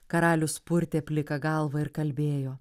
karalius purtė pliką galvą ir kalbėjo